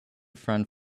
friend